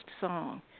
song